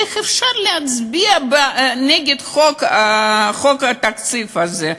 איך אפשר להצביע נגד חוק התקציב הזה?